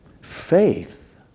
Faith